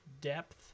depth